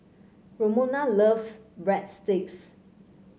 Romona loves Breadsticks